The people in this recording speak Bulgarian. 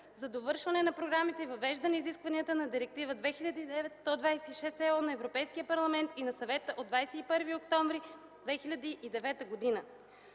за довършване на програмите и въвеждане изискванията на Директива 2009/126/ЕО на Европейския парламент и на Съвета от 21 октомври 2009 г.